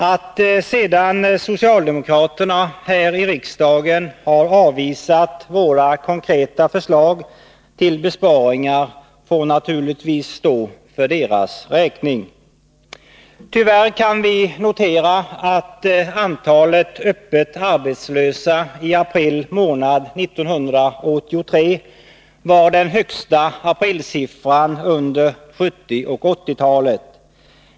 Att sedan socialdemokraterna här i riksdagen har avvisat våra konkreta förslag till besparingar får naturligtvis stå för deras räkning. Tyvärr kan vi notera att antalet öppet arbetslösa i april månad 1983 var den högsta aprilsiffran under 1970 och 1980-talen.